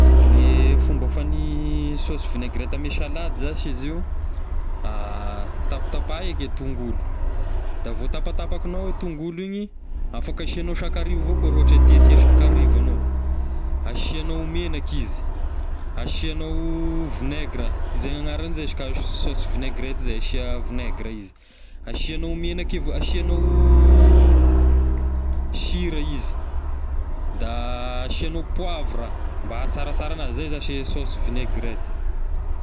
Ny fomba fagnia saosy vinaigrette ame salady zashy izy io tapitapaha eky a tongolo da voatapatakignao a tongolo igny afaka asignao sakarivo avao koa raha ohatry hoe tia tia sakarivo agnao, asiagnao menaka izy, asiagnao vinaigre a, zany agnarany zay izy ka saosyvinaigrette zay, asia vinaigre izy, asiagnao menaka avao asiagnao sira izy, da asiagnao poavra mba ahasarasara anazy, zay zashy e saosyvinaigrette.